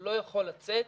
לא יכול לצאת.